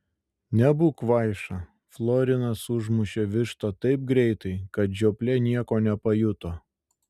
nebūk kvaiša florinas užmušė vištą taip greitai kad žioplė nieko nepajuto